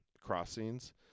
crossings